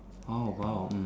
oh !wow! hmm